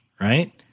right